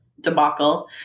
debacle